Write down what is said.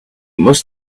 must